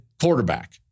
quarterback